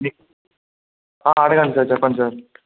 మీ అడగండి సార్ చెప్పండి సార్